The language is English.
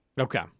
Okay